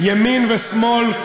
ימין ושמאל,